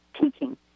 teaching